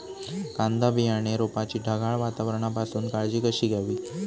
कांदा बियाणे रोपाची ढगाळ वातावरणापासून काळजी कशी घ्यावी?